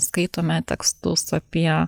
skaitome tekstus apie